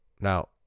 Now